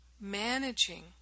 managing